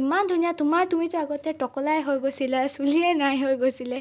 ইমান ধুনীয়া তোমাৰ তুমিতো আগতে টকলাই হৈ গৈছিলা চুলিয়ে নাই হৈ গৈছিলে